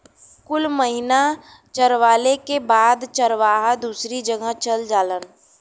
कुछ महिना चरवाले के बाद चरवाहा दूसरी जगह चल जालन